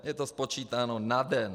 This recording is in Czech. Je to spočítáno na den.